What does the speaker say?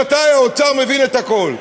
ממתי האוצר מבין את הכול?